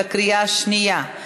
בקריאה השנייה.